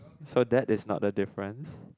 so that is not the difference